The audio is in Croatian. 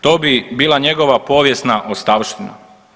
To bi bila njegova povijesna ostavština.